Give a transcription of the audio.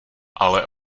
ale